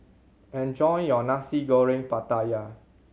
enjoy your Nasi Goreng Pattaya